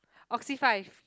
Oxy Five